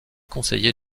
conseillers